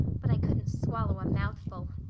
but i couldn't swallow a mouthful.